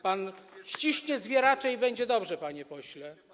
Pan ściśnie zwieracze i będzie dobrze, panie pośle.